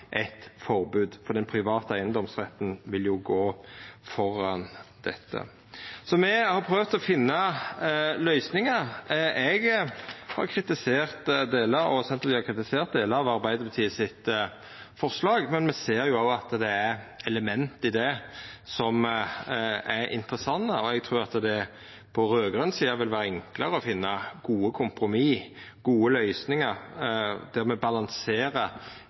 eit forbod, for den private eigedomsretten vil jo gå føre dette. Så me har prøvd å finna løysingar. Eg og Senterpartiet har kritisert delar av Arbeidarpartiets forslag, men me ser jo òg at det er element i det som er interessante. Eg trur at det på raud-grøn side vil vera enklare å finna gode kompromiss, gode løysingar der me balanserer